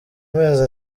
mezi